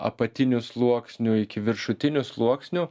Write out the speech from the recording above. apatinių sluoksnių iki viršutinių sluoksnių